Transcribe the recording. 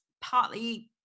partly